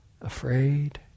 afraid